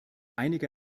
einige